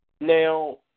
Now